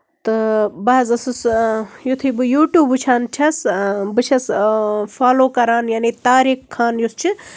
تہٕ بہٕ حظ ٲسٕس یُتھُے بہٕ یوٗٹوٗب وُچھان چھَس بہٕ چھَس فالو کران یعنی طاریق خان یُس چھُ